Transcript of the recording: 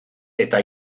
eta